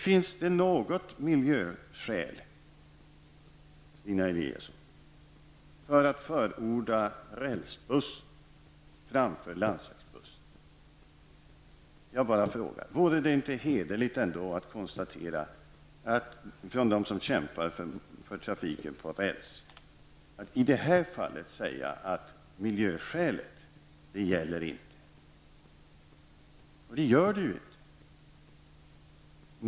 Finns det något miljöskäl, Stina Eliasson, att förorda rälsbuss framför landsvägsbuss? Vore det inte hederligt av dem som kämpar för trafiken på räls att i detta fall säga att miljöskälet inte gäller.